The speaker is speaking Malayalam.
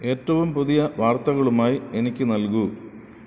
ഏറ്റവും പുതിയ വാർത്തകളുമായി എനിക്ക് നല്കു